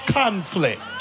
conflict